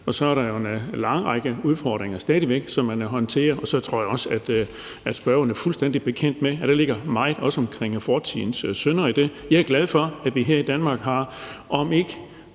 Så er der stadig væk en lang række udfordringer, som man håndterer, og jeg tror også, at spørgeren er fuldstændig bekendt med, at der også ligger meget omkring fortidens synder i det. Jeg er glad for, at vi her i Danmark har, hvad